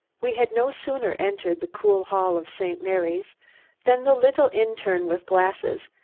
we had no sooner entered the cool hall of st. mary's than the little interne with glasses,